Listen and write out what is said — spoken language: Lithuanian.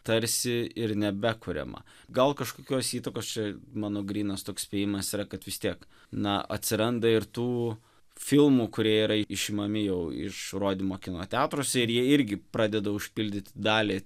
tarsi ir nebekuriama gal kažkokios įtakos čia mano grynas toks spėjimas yra kad vis tiek na atsiranda ir tų filmų kurie yra išimami jau išrodymo kino teatruose ir jie irgi pradeda užpildyt dalį